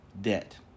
debt